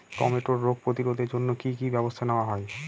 টমেটোর রোগ প্রতিরোধে জন্য কি কী ব্যবস্থা নেওয়া হয়?